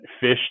fished